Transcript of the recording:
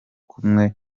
kumwe